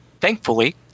thankfully